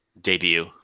debut